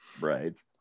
right